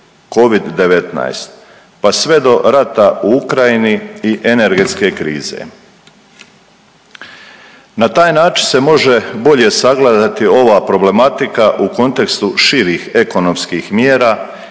covid-19 pa sve do rata u Ukrajini i energetske krize. Na taj način se može bolje sagledati ova problematika u kontekstu širih ekonomskih mjera